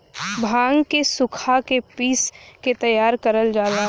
भांग के सुखा के पिस के तैयार करल जाला